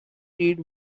read